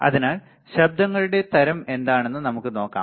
അതിനാൽ ശബ്ദങ്ങളുടെ തരം എന്താണെന്ന് നമുക്ക് നോക്കാം